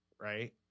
right